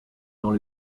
dans